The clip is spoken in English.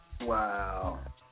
Wow